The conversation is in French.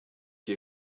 qui